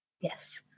yes